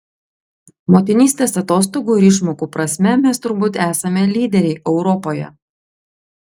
motinystės atostogų ir išmokų prasme mes turbūt esame lyderiai europoje